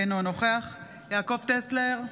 אינו נוכח יעקב טסלר,